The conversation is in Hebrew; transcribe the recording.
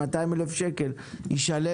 200,000 שקל, ישלם 1,100 שקל.